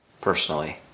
Personally